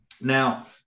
Now